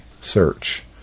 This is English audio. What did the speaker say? search